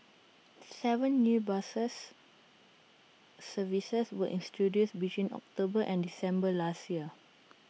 Seven new bus services were introduced between October and December last year